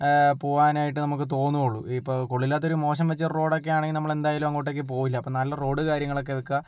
പോവാനായിട്ട് നമുക്ക് തോന്നുകയുള്ളു ഇപ്പോൾ കൊള്ളില്ലാത്ത ഒരു മോശം വെച്ച റോഡ് ഒക്കെ ആണെങ്കിൽ നമ്മൾ എന്തായാലും അങ്ങോട്ടേക്ക് പോകില്ല അപ്പോൾ നല്ല റോഡ് കാര്യങ്ങളൊക്കെ വെക്കുക